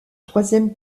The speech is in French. troisième